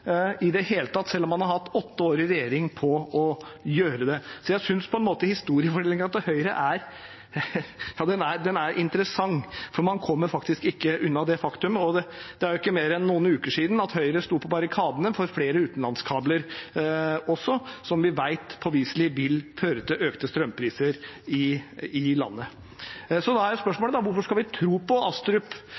i det hele tatt, selv om man har hatt åtte år i regjering på å gjøre det. Så jeg synes på en måte historiefortellingen til Høyre er interessant, for man kommer faktisk ikke unna det faktum at det er ikke mer enn noen uker siden at Høyre sto på barrikadene for flere utenlandskabler, som vi påviselig vet vil føre til økte strømpriser i landet. Da er spørsmålet: Hvorfor skal vi tro på representanten Astrup?